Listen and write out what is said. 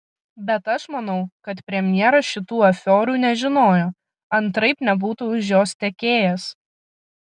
bet aš manau kad premjeras šitų afiorų nežinojo antraip nebūtų už jos tekėjęs